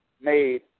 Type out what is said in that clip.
made